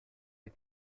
les